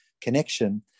connection